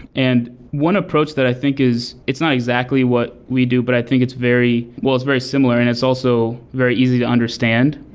and one approach that i think is it's not exactly what we do, but i think it's very well, it's very similar and it's also very easy to understand,